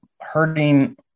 hurting